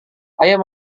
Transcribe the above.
ayo